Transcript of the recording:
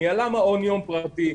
ניהלה מעון יום פרטי,